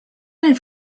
nel